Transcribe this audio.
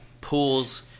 Pools